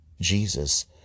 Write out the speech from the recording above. Jesus